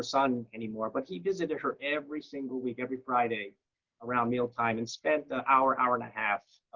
son, anymore. but he visited her every single week every friday around meal time and spent the hour, hour and a half,